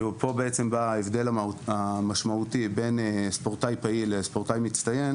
ופה ההבדל העיקרי בין ספורטאי פעיל לספורטאי מצטיין